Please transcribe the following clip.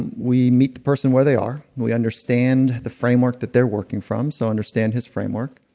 and we meet the person where they are. we understand the framework that they're working from, so understand his framework.